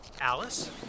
Alice